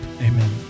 amen